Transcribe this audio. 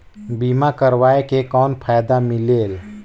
बीमा करवाय के कौन फाइदा मिलेल?